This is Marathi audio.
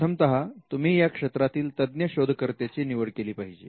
प्रथमतः तुम्ही या क्षेत्रातील तज्ञ शोधकर्त्याची निवड केली पाहिजे